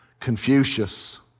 Confucius